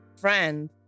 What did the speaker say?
friend